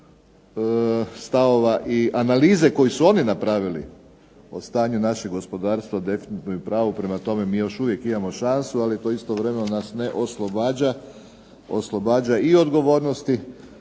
stavova i analize koju su oni napravili o stanju našeg gospodarstva, definitivno je u pravu, prema tome mi još uvijek imamo šansu, ali to istovremeno nas ne oslobađa i odgovornosti,